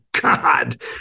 god